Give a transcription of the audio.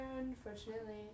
unfortunately